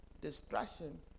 distraction